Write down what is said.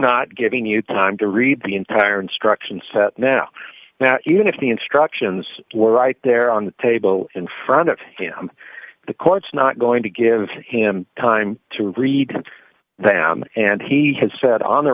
not giving you time to read the entire instruction set now now even if the instructions were right there on the table in front of him the court's not going to give him time to read them and he has said on the